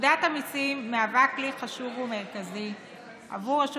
פקודת המיסים היא כלי חשוב ומרכזי של רשות